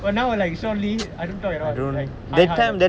but now like shaun lee I don't talk at all like hi hi